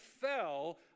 fell